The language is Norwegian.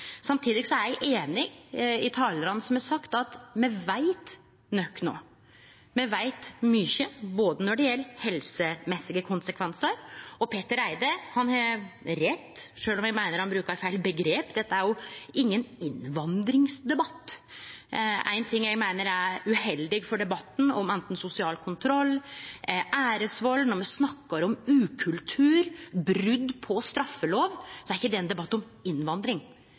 Samtidig er eg einig med talarane som har sagt at me veit nok no. Me veit mykje når det gjeld helsemessige konsekvensar. Petter Eide har rett sjølv om eg meiner han brukar feil omgrep. Dette er ingen innvandringsdebatt. Det er ein ting eg meiner er uheldig for debatten anten det er om sosial kontroll, æresvald, eller når me snakkar om ukultur, brot på straffelov. Det er ikkje ein debatt om innvandring.